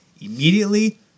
immediately